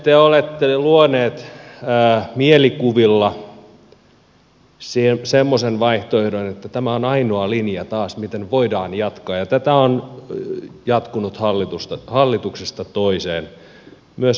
te olette luoneet mielikuvilla semmoisen vaihtoehdon että tämä on taas ainoa linja miten voidaan jatkaa ja tätä on jatkunut hallituksesta toiseen myös aikaisemmissa hallituksissa